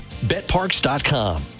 BetParks.com